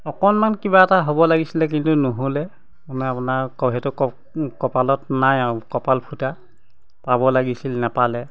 অকনমান কিবা এটা হ'ব লাগিছিলে কিন্তু নহ'লে মানে আপোনাৰ সেইটো কপালত নাই আৰু কপাল ফুটা পাব লাগিছিল নেপালে